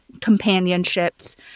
companionships